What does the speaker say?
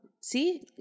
see